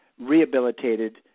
rehabilitated